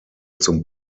zum